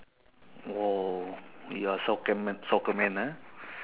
!whoa! you are soccer man soccer man ah